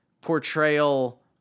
portrayal